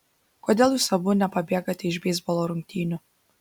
kodėl jūs abu nepabėgate iš beisbolo rungtynių